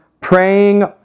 praying